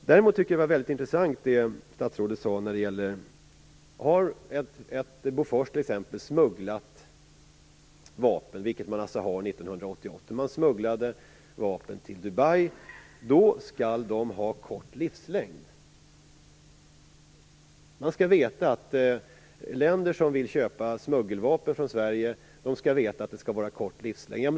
Däremot tycker jag att det statsrådet sade om att smugglade vapen skall ha kort livslängd var intressant. Länder som vill köpa smuggelvapen från Sverige skall alltså veta att dessa får kort livslängd. Bofors smugglade t.ex. vapen till Dubai 1988.